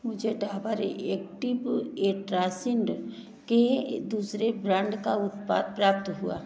मुझे डाबर एक्टिव एट्रासिंड के दूसरे ब्रांड का उत्पाद प्राप्त हुआ